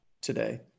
today